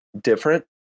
different